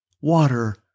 water